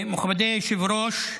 מכובדי היושב-ראש,